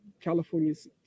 California's